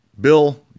Bill